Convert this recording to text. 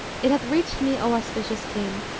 it hath reached me, o auspicious king,